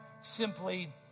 simply